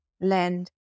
land